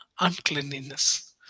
uncleanliness